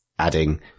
adding